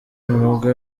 umwuga